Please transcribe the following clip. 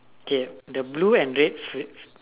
K the blue red face